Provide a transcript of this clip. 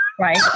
right